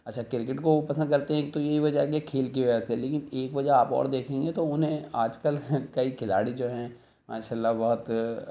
اچھا کرکٹ کو وہ پسند کرتے ہیں ایک تو یہی وجہ ہے کہ کھیل کی وجہ سے لیکن ایک وجہ آپ اور دیکھیں گے کہ تو انہیں آج کل کئی کھلاڑی جو ہیں ماشاء اللہ بہت